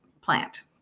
plant